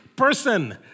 person